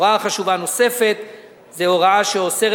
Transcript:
הוראה חשובה נוספת היא הוראה שאוסרת